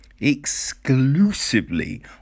Exclusively